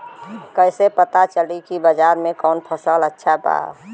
कैसे पता चली की बाजार में कवन फसल अच्छा बा?